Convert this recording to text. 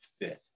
fit